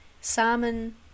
Salmon